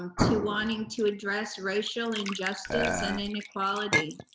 um to wanting to address racial injustice and inequality?